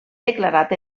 declarat